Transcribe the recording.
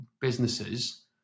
businesses